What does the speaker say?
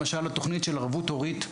למשל התוכנית של ערבות הורית,